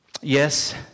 Yes